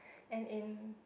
and in